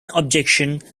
objection